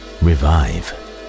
revive